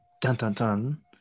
dun-dun-dun